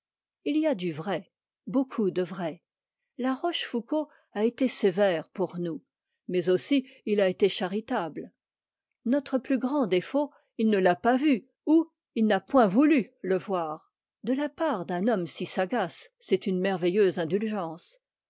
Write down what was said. il y a du vrai beaucoup de vrai la rochefoucauld a été sévère pour nous mais aussi il a été charitable notre plus grand défaut il ne l'a pas vu ou il n'a point voulu le voir de la part d'un homme si sagace c'est une merveilleuse indulgence